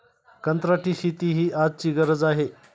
कंत्राटी शेती ही आजची गरज आहे